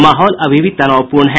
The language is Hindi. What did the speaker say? माहौल अभी भी तनावपूर्ण है